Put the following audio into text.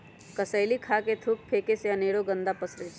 कसेलि खा कऽ थूक फेके से अनेरो गंदा पसरै छै